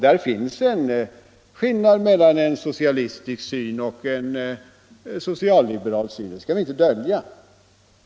Där finns det också en skillnad mellan en socialistisk och en socialliberal syn; det skall vi inte dölja.